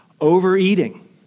Overeating